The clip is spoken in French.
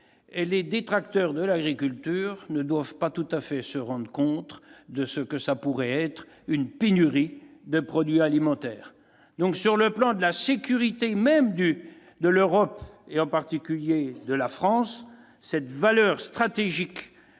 les détracteurs de l'agriculture ne se rendent pas compte de ce que voudrait dire une pénurie de produits alimentaires. Sur le plan de la sécurité même de l'Europe et en particulier de la France, cette valeur stratégique